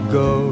go